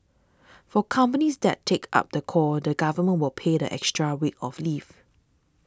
for companies that take up the call the Government will pay the extra week of leave